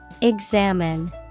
Examine